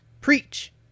Preach